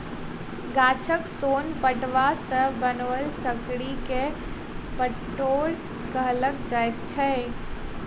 गाछक सोन पटुआ सॅ बनाओल साड़ी के पटोर कहल जाइत छै